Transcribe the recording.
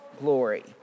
glory